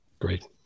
great